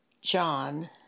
John